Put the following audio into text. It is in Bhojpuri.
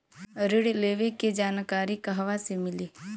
ऋण लेवे के जानकारी कहवा से मिली?